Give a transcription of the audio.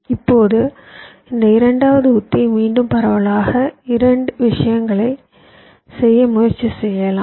இப்போது இந்த இரண்டாவது உத்தி மீண்டும் பரவலாக இரண்டு விஷயங்களைச் செய்ய முயற்சி செய்யலாம்